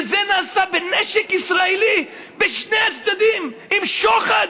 וזה נעשה בנשק ישראלי, בשני הצדדים, עם שוחד.